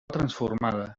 transformada